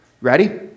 Ready